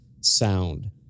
sound